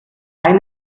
keine